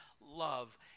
love